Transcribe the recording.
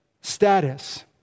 status